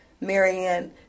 Marianne